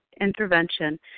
intervention